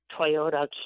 Toyota